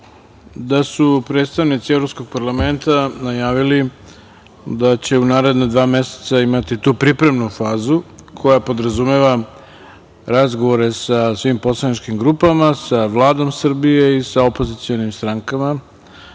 da su predstavnici evropskog parlamenta najavili da će u naredna dva meseca imati tu pripremnu fazu, koja podrazumeva razgovore sa svim poslaničkim grupama, sa Vladom Srbije i sa opozicionim strankama,